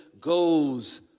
goes